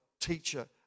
teacher